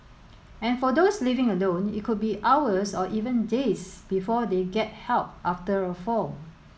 and for those living alone it could be hours or even days before they get help after a fall